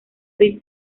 suite